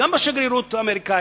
גם בשגרירות האמריקנית,